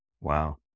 Wow